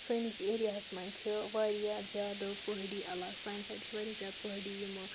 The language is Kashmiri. سٲنِس ایریاہَس مَنٛز چھِ واریاہ زیادٕ پہٲڑی عَلاقہٕ سانہِ سایڈٕ چھِ واریاہ زیادٕ پہٲڑی یِمہٕ